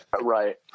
Right